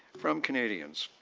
from canadians.